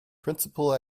principal